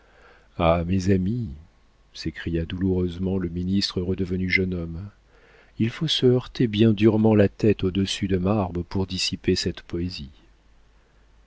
ah mes amis s'écria douloureusement le ministre redevenu jeune homme il faut se heurter bien durement la tête au dessus de marbre pour dissiper cette poésie